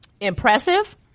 Impressive